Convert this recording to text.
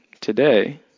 today